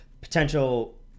potential